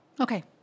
Okay